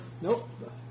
Nope